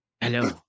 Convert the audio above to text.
Hello